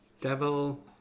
Devil